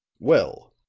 well,